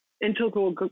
integral